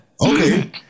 Okay